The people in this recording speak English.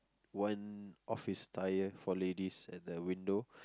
one office attire for ladies at the window